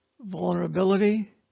Vulnerability